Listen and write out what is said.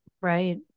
Right